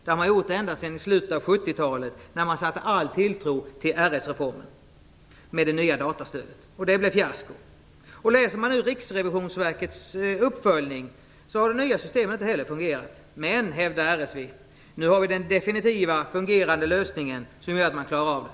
Det har man gjort ända sedan slutet av 70-talet, när man satte all tilltro till RS-reformen med det nya datastödet. Det blev fiasko. Och läser man nu Riksrevisionsverkets uppföljning så har de nya systemen inte heller fungerat. Men, hävdar RSV, nu har vi den definitiva, fungerande lösningen som gör att man klarar av det.